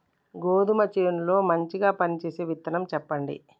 గోధుమ చేను లో మంచిగా పనిచేసే విత్తనం చెప్పండి?